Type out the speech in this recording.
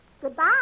Goodbye